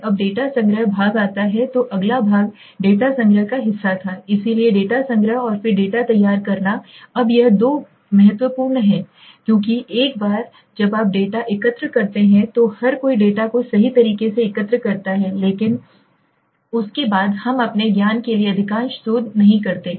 अब डेटा संग्रह भाग आता है तो अगला भाग डेटा संग्रह का हिस्सा था इसलिए डेटा संग्रह और फिर डेटा तैयार करना अब यह दो हैं बहुत महत्वपूर्ण है क्योंकि एक बार जब आप डेटा एकत्र करते हैं तो हर कोई डेटा को सही तरीके से एकत्र करता है लेकिन उसके बाद हम अपने ज्ञान के लिए अधिकांश शोध नहीं करते हैं